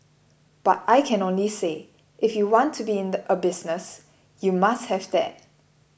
but I can only say if you want to be in a business you must have that